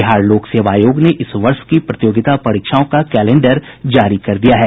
बिहार लोक सेवा आयोग ने इस वर्ष की प्रतियोगिता परीक्षाओं का कैलेंडर जारी कर दिया है